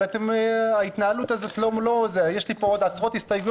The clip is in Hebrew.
אבל ההתנהלות הזאת לא יש לי פה עוד עשרות הסתייגויות,